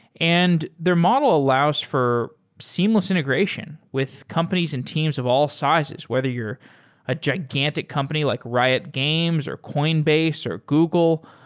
and their model allows for seamless integration with companies and teams of all sizes. whether you're a gigantic company like riot games, or coinbase, or google,